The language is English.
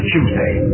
Tuesday